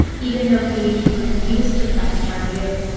even though page refused to press charges,